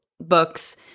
books